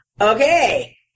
Okay